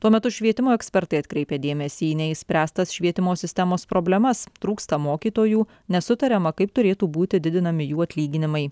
tuo metu švietimo ekspertai atkreipė dėmesį į neišspręstas švietimo sistemos problemas trūksta mokytojų nesutariama kaip turėtų būti didinami jų atlyginimai